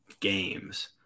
games